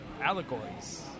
allegories